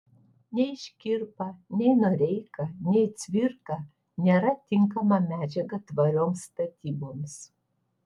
nei škirpa nei noreika nei cvirka nėra tinkama medžiaga tvarioms statyboms